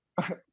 okay